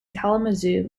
kalamazoo